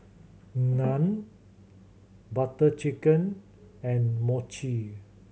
Naan Butter Chicken and Mochi